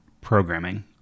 programming